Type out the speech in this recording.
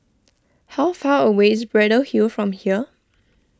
how far away is Braddell Hill from here